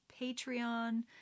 Patreon